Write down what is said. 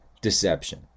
deception